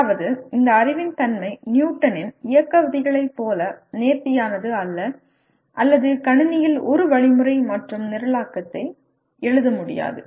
அதாவது இந்த அறிவின் தன்மை நியூட்டனின் இயக்க விதிகளைப் போல நேர்த்தியானது அல்ல அல்லது கணினியில் ஒரு வழிமுறை மற்றும் நிரலாக்கத்தை எழுத முடியாது